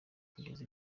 kugeza